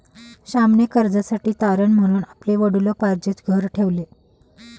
श्यामने कर्जासाठी तारण म्हणून आपले वडिलोपार्जित घर ठेवले